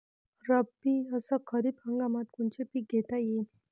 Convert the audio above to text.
रब्बी अस खरीप हंगामात कोनचे पिकं घेता येईन?